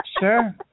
Sure